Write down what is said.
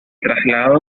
traslado